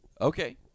Okay